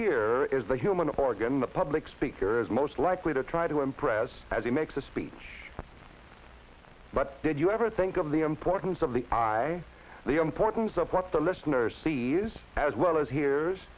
ear is the human organ the public speaker is most likely to try to impress as he makes a speech but did you ever think of the importance of the the importance of what the listener sees as well as hears